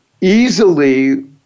easily